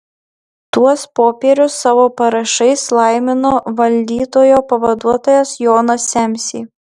tuos popierius savo parašais laimino valdytojo pavaduotojas jonas semsė